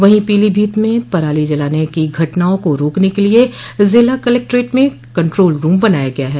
वहीं पीलीभीत में पराली जलाने की घटनाओं को रोकने के लिये ज़िला कलेक्ट्रेट में कंट्रोल रूम बनाया गया है